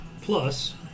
plus